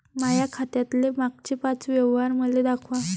माया खात्यातले मागचे पाच व्यवहार मले दाखवा